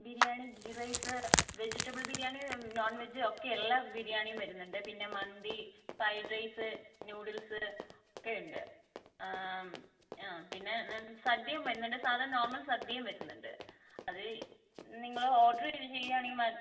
biryani ghee rice vegetable biryani non veg ഒക്കെ എല്ലാം ബിരിയാണിയും വരുന്നുണ്ട് പിന്നെ മന്തി ഫ്രൈഡ് റൈസ് നൂഡിൽസ് ഒക്കെയുണ്ട് ആ പിന്നെ സദ്യയും വരുന്നുണ്ട് സാദാ നോർമൽ സദ്യയും വരുന്നുണ്ട് അത് നിങ്ങൾ ഓഡർ ചെയ്യുകയാണെങ്കിൽ മാ